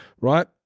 right